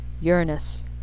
Uranus